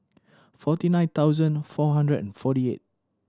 forty nine thousand four hundred and forty eight